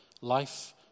life